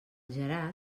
gerard